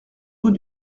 rue